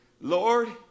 Lord